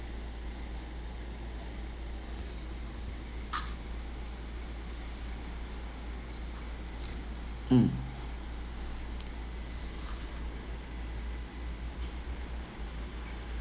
mm